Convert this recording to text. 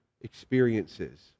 experiences